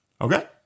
Okay